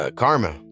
karma